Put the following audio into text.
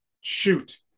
shoot